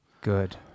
Good